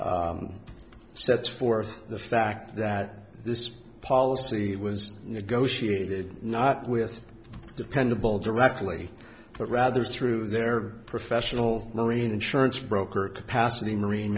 sets forth the fact that this policy was negotiated not with dependable directly but rather through their professional marine insurance broker capacity marine